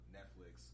Netflix